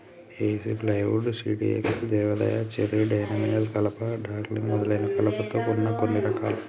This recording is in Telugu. ఏసి ప్లైవుడ్, సిడీఎక్స్, దేవదారు, చెర్రీ, డైమెన్షియల్ కలప, డగ్లస్ మొదలైనవి కలపలో వున్న కొన్ని రకాలు